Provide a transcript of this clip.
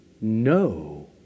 no